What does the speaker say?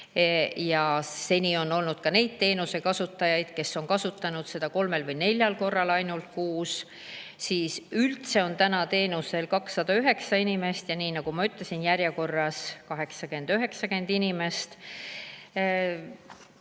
Seni on olnud ka neid teenusekasutajaid, kes on kasutanud seda ainult kolmel või neljal korral kuus. Üldse on praegu teenusel 209 inimest, ja nii nagu ma ütlesin, järjekorras on 80–90 inimest.